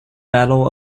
battle